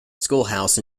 schoolhouse